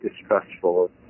distrustful